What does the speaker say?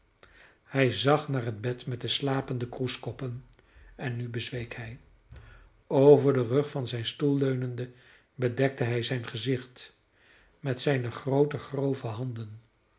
hij zag naar het bed met de slapende kroeskoppen en nu bezweek hij over den rug van zijn stoel leunende bedekte hij zijn gezicht met zijne groote grove handen